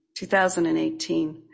2018